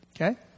okay